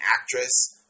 actress